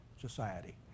society